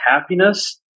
happiness